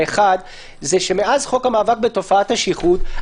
האחד זה שמאז חוק המאבק בתופעת השכרות,